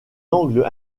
angle